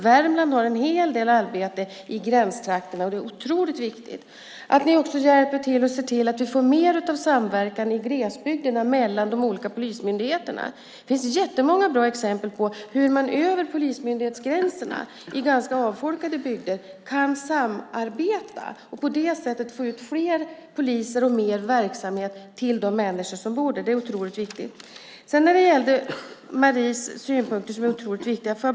Värmland har en hel del arbete i gränstrakterna, och det är viktigt. Jag hoppas att ni också hjälper till att se till att vi får mer samverkan i glesbygden mellan de olika polismyndigheterna. Det finns många bra exempel på hur man över polismyndighetsgränserna i ganska avfolkade bygder kan samarbeta och på det sättet få ut fler poliser och mer verksamhet till de människor som bor där. Det är viktigt. Maries synpunkter är viktiga.